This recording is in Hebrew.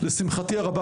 לשמחתי הרבה,